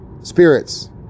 spirits